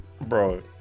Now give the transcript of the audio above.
Bro